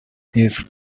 east